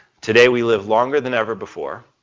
today we live longer than ever before,